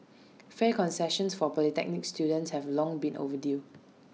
fare concessions for polytechnic students have long been overdue